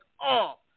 off